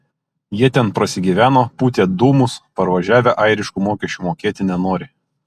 jie ten prasigyveno pūtė dūmus parvažiavę airiškų mokesčių mokėti nenori